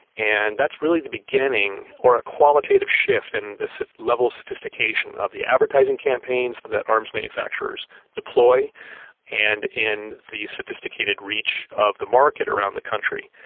and that's really the beginning or a qualitative shift in the so level of sophistication of the advertising campaigns that arms manufacturers deploy and in the sophisticated reach of the market around the country.